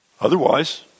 Otherwise